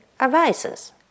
arises